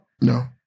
No